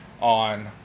on